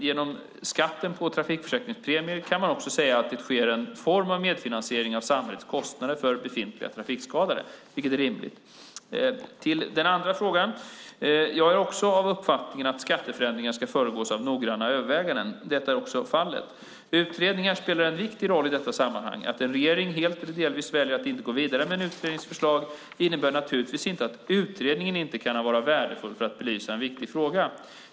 Genom skatten på trafikförsäkringspremier kan man också säga att det sker en form av medfinansiering av samhällets kostnader för befintliga trafikskadade, vilket är rimligt. Nu till den andra frågan. Jag är också av uppfattningen att skatteförändringar ska föregås av noggranna överväganden. Detta är också fallet. Utredningar spelar en viktig roll i detta sammanhang. Att en regering helt eller delvis väljer att inte gå vidare med en utrednings förslag innebär naturligtvis inte att utredningen inte kan vara värdefull för att belysa en viss fråga.